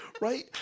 Right